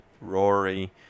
Rory